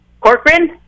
Corcoran